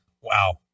Wow